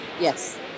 yes